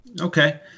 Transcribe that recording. Okay